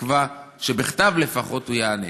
בתקווה שבכתב לפחות הוא יענה.